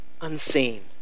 unseen